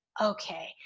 okay